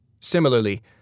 Similarly